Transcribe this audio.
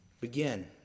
begin